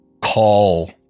call